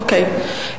אוקיי,